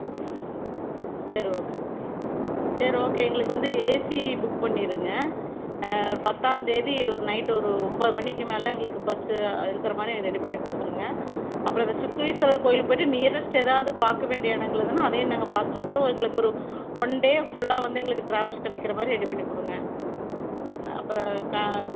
ம் சரி okay okay சரி ஓகே எங்களுக்கு வந்து ஏசி புக் பண்ணிருங்க பத்தாம்தேதி நைட் ஒரு ஒம்பது மணிக்கு மேலே எங்களுக்கு பஸ்ஸு இருக்கிற மாதிரி எனக்கு ரெடி பண்ணி கொடுத்துடுங்க அப்புறம் சுக்ரீஸ்வரர் கோயிலுக்கு போயிவிட்டு நீயரஸ்ட் எதாவது பார்க்கவேண்டிய இடங்கள் இருந்துதுன்னா அதையும் நாங்கள் பார்த்துட்டு வந்துடுறோம் எங்களுக்கு ஒரு ஒன் டே ஃபுல்லாக வந்து எங்களுக்கு ட்ராவல்ஸ் கிடைக்கிற மாதிரி ரெடி பண்ணி கொடுங்க அப்புறம் க